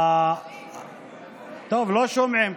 לא שומעים.